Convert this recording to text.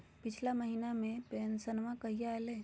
पिछला महीना के पेंसनमा कहिया आइले?